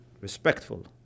respectful